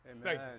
Amen